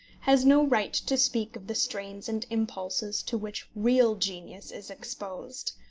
has no right to speak of the strains and impulses to which real genius is exposed.